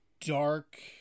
dark